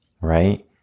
right